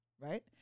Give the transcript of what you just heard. right